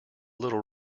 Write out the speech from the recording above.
little